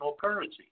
currency